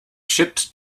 shipped